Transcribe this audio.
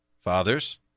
fathers